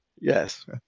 Yes